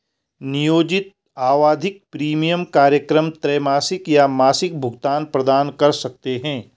नियोजित आवधिक प्रीमियम कार्यक्रम त्रैमासिक या मासिक भुगतान प्रदान कर सकते हैं